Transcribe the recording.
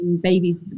babies